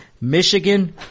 Michigan